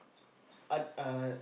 ot~ uh